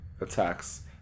attacks